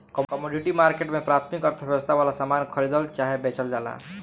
commodity market में प्राथमिक अर्थव्यवस्था वाला सामान खरीदल चाहे बेचल जाला